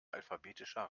alphabetischer